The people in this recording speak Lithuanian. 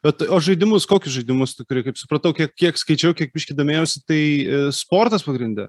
bet o žaidimus kokius žaidimus tu kuri kaip supratau kiek kiek skaičiau kiek biškį domėjausi tai sportas pagrinde